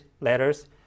letters